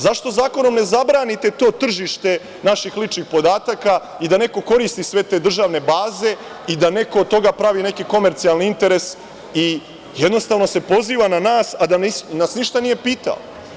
Zašto zakonom ne zabranite to tržište naših ličnih podataka i da neko koristi sve te državne baze i da neko od toga pravi neki komercijalni interes i jednostavno se poziva na nas, a da nas ništa nije pitao?